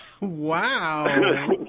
Wow